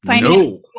No